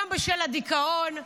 גם בשל הדיכאון,